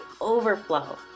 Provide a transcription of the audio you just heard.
overflow